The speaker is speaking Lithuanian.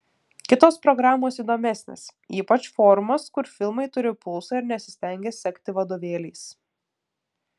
kitos programos įdomesnės ypač forumas kur filmai turi pulsą ir nesistengia sekti vadovėliais